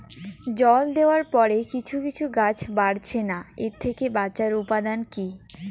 জল দেওয়ার পরে কিছু কিছু গাছ বাড়ছে না এর থেকে বাঁচার উপাদান কী?